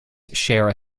share